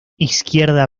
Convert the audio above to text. izquierda